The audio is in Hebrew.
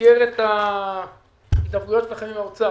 במסגרת ההתערבויות שלכם עם האוצר,